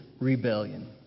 rebellion